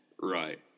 Right